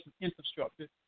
infrastructure